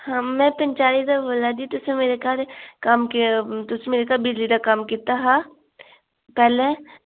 हां में पंचैरी दा बोल्ला दी तुसें मेरे घर कम्म तुसें मेरे घर बिजली दा कम्म कीता हा पैह्लैं